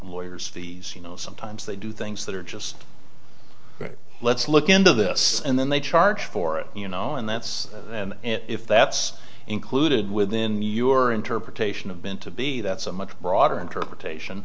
lawyers fees you know sometimes they do things that are just ok let's look into this and then they charge for it you know and that's and if that's included within your interpretation of meant to be that's a much broader interpretation